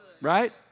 Right